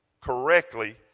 correctly